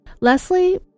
Leslie